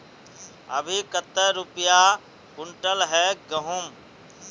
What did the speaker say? अभी कते रुपया कुंटल है गहुम?